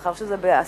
מאחר שזה בהסכמה,